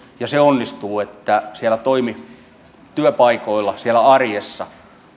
ja se onnistuu että siellä työpaikoilla ja arjessa